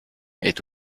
est